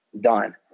done